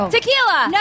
Tequila